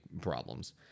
problems